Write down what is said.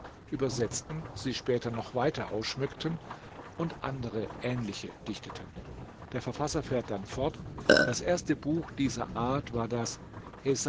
übersetzten sie später noch weiter ausschmückten und andere ähnliche dichteten der verfasser fährt dann fort das erste buch dieser art war das